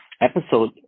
episode